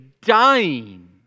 dying